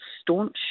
staunch